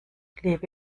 lebe